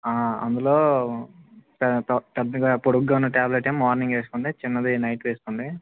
అందులో పెద్దగా పొడుగ్గా ఉన్న టాబ్లెట్ మార్నింగ్ వేసుకోండి చిన్నది నైట్ వేసుకోండి